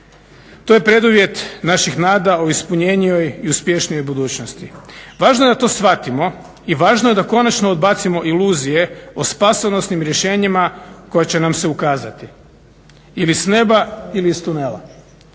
To je preduvjet naših nada o ispunjenijoj i uspješnoj budućnosti. Važno je da to shvatimo i važno je da konačno odbacimo iluzije o spasonosnim rješenjima koja će nam se ukazati ili s neba ili iz tunela.